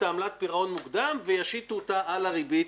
עמלת הפירעון המוקדם וישיתו אותה על הריבית